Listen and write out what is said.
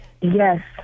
Yes